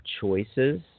choices